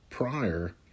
prior